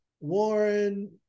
Warren